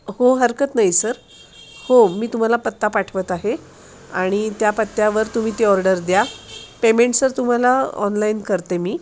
हो हरकत नाही सर हो मी तुम्हाला पत्ता पाठवत आहे आणि त्या पत्त्यावर तुम्ही ती ऑर्डर द्या पेमेंट सर तुम्हाला ऑनलाईन करते मी